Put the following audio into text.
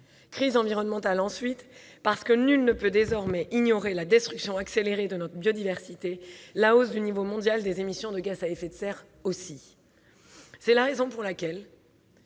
Crise environnementale, ensuite, parce que nul ne peut désormais ignorer la destruction accélérée de notre biodiversité et la hausse du niveau mondial des émissions de gaz à effet de serre. C'est la raison pour laquelle